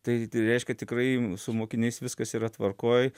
tai tai reiškia tikrai su mokiniais viskas yra tvarkoj